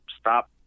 stop –